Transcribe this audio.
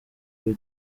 kuri